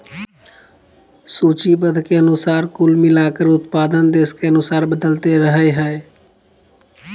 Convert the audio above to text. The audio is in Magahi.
सूचीबद्ध के अनुसार कुल मिलाकर उत्पादन देश के अनुसार बदलते रहइ हइ